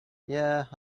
yeah